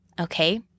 Okay